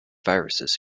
viruses